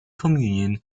communion